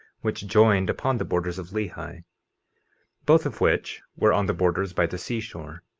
which joined upon the borders of lehi both of which were on the borders by the seashore.